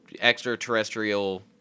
extraterrestrial